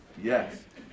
Yes